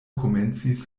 komencis